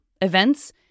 events